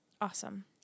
Awesome